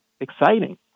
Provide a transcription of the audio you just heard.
exciting